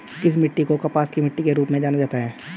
किस मिट्टी को कपास की मिट्टी के रूप में जाना जाता है?